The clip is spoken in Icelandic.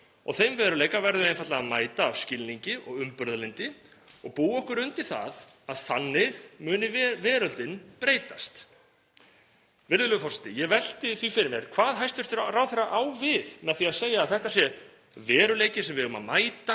þeim veruleika verðum við einfaldlega að mæta af skilningi og umburðarlyndi og búa okkur undir það að þannig muni veröldin breytast.“ Virðulegur forseti. Ég velti því fyrir mér hvað hæstv. ráðherra á við með því að segja að þetta sé veruleikinn sem við eigum að mæta